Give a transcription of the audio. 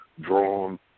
drawn